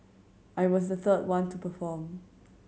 I was the third one to perform